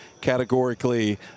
categorically